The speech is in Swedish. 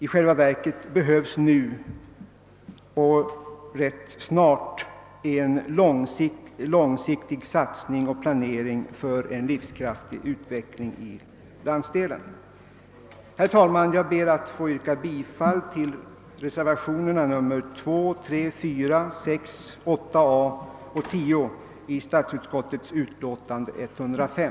I själva verket behövs nu och det rätt snart en långsiktig satsning och planering för en livskraftig utveckling i landsdelen. Herr talman! Jag ber att få yrka bifall till reservationerna 2, 3, 4, 6, 8 a och 10 till statsutskottets utlåtande nr 105.